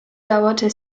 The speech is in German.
dauerte